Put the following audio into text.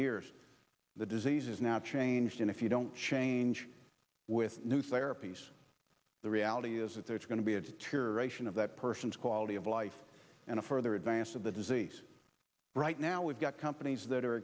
years the disease is now changed and if you don't change with new therapies the reality is that there are going to be a tear aeration of that person's quality of life and a further advance of the disease right now we've got companies that are